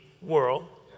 world